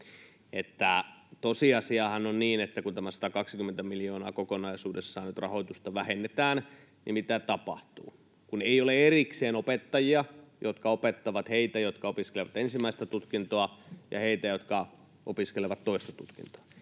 Tosiasiahan on niin, että kun tämä 120 miljoonaa kokonaisuudessaan nyt rahoitusta vähennetään, niin mitä tapahtuu: Kun ei ole erikseen opettajia, jotka opettavat heitä, jotka opiskelevat ensimmäistä tutkintoa, ja heitä, jotka opiskelevat toista tutkintoa,